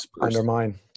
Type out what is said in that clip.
Undermine